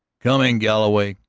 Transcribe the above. coming, galloway!